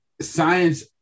science